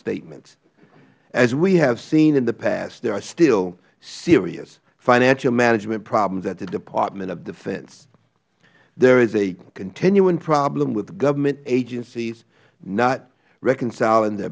statements as we have seen in the past there are still serious financial management problems at the department of defense there is a continuing problem with government agencies not reconciling their